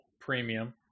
premium